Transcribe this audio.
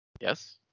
Yes